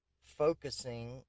focusing